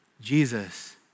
Jesus